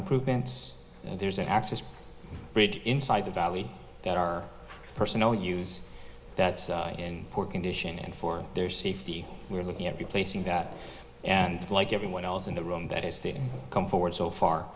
improvements and there's an access bridge inside the valley that our personal use that's in poor condition and for their safety we're looking at replacing that and like everyone else in the room that has to come forward so far